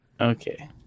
Okay